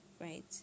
right